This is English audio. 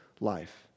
life